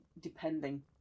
Depending